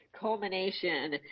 culmination